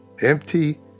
empty